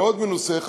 מנוסה מאוד,